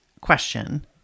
question